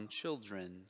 children